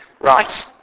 right